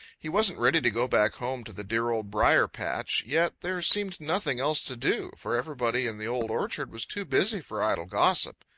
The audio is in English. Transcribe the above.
he wasn't ready to go back home to the dear old briar-patch, yet there seemed nothing else to do, for everybody in the old orchard was too busy for idle gossip.